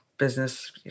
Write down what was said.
business